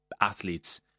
athletes